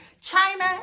china